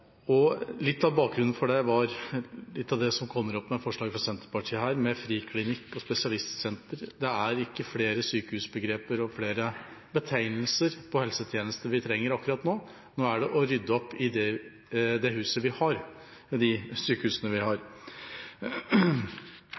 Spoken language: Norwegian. Litt av bakgrunnen for det var det som kommer opp med forslaget fra Senterpartiet her om friklinikk og spesialistsenter. Det er ikke flere sykehusbegreper og flere betegnelser på helsetjenester vi trenger akkurat nå, nå gjelder det å rydde opp i det huset vi har, med de sykehusene vi har.